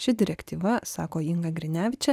ši direktyva sako inga grinevičė